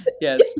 Yes